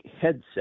headset